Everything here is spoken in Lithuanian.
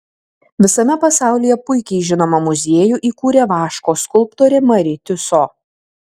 visame pasaulyje puikiai žinomą muziejų įkūrė vaško skulptorė mari tiuso